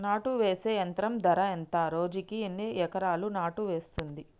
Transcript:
నాటు వేసే యంత్రం ధర ఎంత రోజుకి ఎన్ని ఎకరాలు నాటు వేస్తుంది?